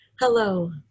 Hello